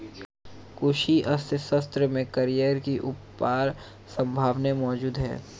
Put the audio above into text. कृषि अर्थशास्त्र में करियर की अपार संभावनाएं मौजूद है